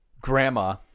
grandma